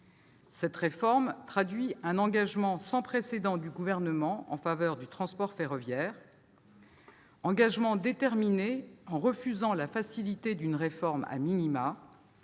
Cette réforme traduit un engagement sans précédent du Gouvernement en faveur du transport ferroviaire : engagement déterminé, avec le refus de la facilité d'une réforme engagement